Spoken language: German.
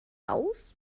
aus